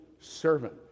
servant